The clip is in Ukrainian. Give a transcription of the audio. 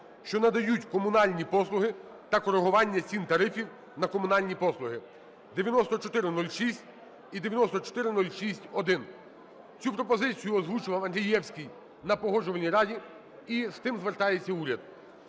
що надають комунальні послуги та коригування цін/тарифів на комунальні послуги (9406 і 9406-1). Цю пропозицію озвучував Андрієвський на Погоджувальній раді, і з тим звертається уряд.